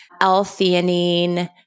L-theanine